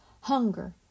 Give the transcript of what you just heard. Hunger